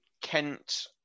Kent